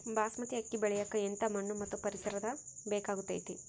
ಬಾಸ್ಮತಿ ಅಕ್ಕಿ ಬೆಳಿಯಕ ಎಂಥ ಮಣ್ಣು ಮತ್ತು ಪರಿಸರದ ಬೇಕಾಗುತೈತೆ?